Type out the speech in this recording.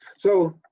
so